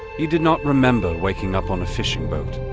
he did not remember waking up on a fishing boat.